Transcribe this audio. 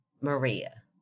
Maria